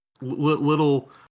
Little